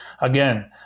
again